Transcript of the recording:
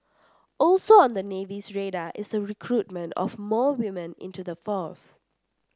also on the Navy's radar is the recruitment of more women into the force